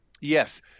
Yes